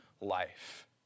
life